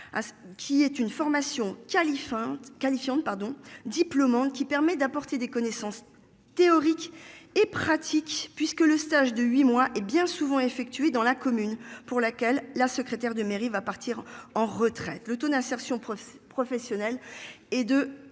y ait une formation Californie qualifiant pardon diplômante qui permet d'apporter des connaissances. Théoriques et pratiques puisque le stage de huit mois et bien souvent effectués dans la commune pour laquelle la secrétaire de mairie va partir en retraite. Le taux d'insertion professionnelle et de